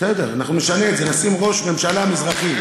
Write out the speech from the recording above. בסדר, אנחנו נשנה את זה, נשים ראש ממשלה מזרחי.